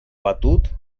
batut